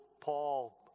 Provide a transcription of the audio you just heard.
Paul